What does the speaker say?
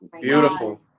Beautiful